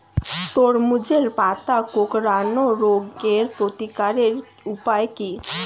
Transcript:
তরমুজের পাতা কোঁকড়ানো রোগের প্রতিকারের উপায় কী?